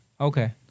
Okay